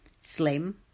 slim